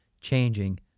Changing